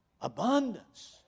abundance